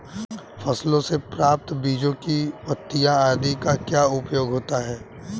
फसलों से प्राप्त बीजों पत्तियों आदि का क्या उपयोग होता है?